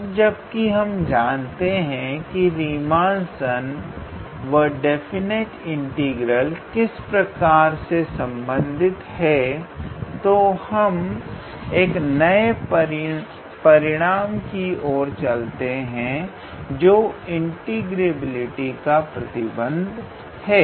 अब जबकि हम यह जानते हैं की रीमान सम व डेफिनिटी इंटीग्रल किस प्रकार से संबंधित हैं तो हम एक नए परिणाम की ओर चलते हैं जो कि इंटीग्रेबिलिटी का प्रतिबंध है